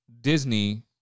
Disney